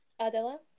Adela